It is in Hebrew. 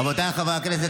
רבותיי חברי הכנסת,